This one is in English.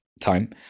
time